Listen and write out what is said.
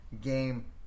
game